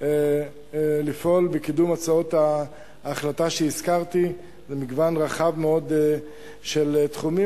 לפעול לקידום הצעות ההחלטה שהזכרתי במגוון רחב מאוד של תחומים,